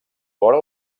vora